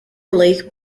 lake